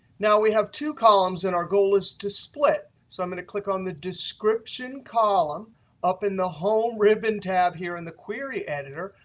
now, we have two columns, and our goal is to split. so i'm going to click on the description column up in the home ribbon tab here in the query editor.